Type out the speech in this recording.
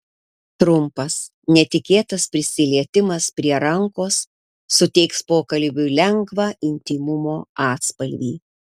trumpas netikėtas prisilietimas prie rankos suteiks pokalbiui lengvą intymumo atspalvį